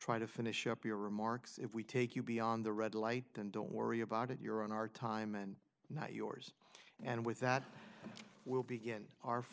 try to finish up your remarks if we take you beyond the red light then don't worry about it you're on our time and not yours and with that we'll begin our